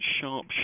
sharp